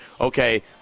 okay